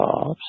jobs